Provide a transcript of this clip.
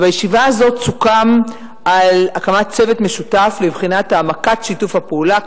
ובישיבה הזאת סוכם על הקמת צוות משותף לבחינת העמקת שיתוף הפעולה.